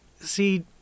see